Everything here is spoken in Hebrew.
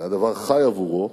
זה היה דבר חי עבורו,